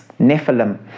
Nephilim